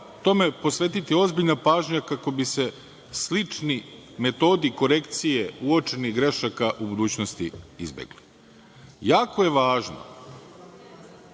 tome posvetiti ozbiljna pažnja kako bi se slični metodi korekcije uočenih grešaka u budućnosti izbegli. Jako je važno